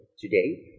today